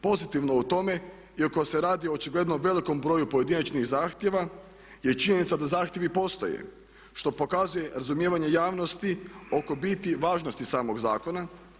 Pozitivno je u tome iako se radi o očigledno velikom broju pojedinačnih zahtjeva je činjenica da zahtjevi postoje što pokazuje razumijevanje javnosti oko biti i važnosti samog zakona.